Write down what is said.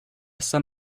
saint